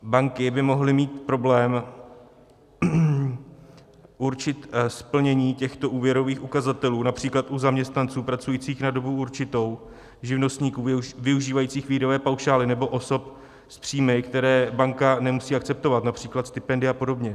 Banky by mohly mít problém určit splnění těchto úvěrových ukazatelů, například u zaměstnanců pracujících na dobu určitou, živnostníků využívajících výdajové paušály nebo osob s příjmy, které banka nemusí akceptovat, například stipendia apod.